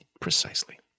Precisely